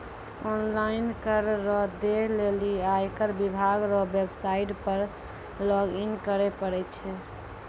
online कर रो दै लेली आयकर विभाग रो वेवसाईट पर लॉगइन करै परै छै